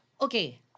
okay